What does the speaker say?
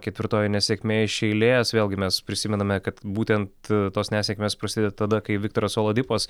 ketvirtoji nesėkmė iš eilės vėlgi mes prisimename kad būtent tos nesėkmės prasideda tada kai viktoras olodipas